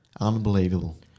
Unbelievable